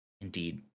indeed